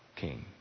King